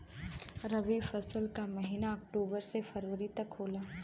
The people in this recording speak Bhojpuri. रवी फसल क महिना अक्टूबर से फरवरी तक होला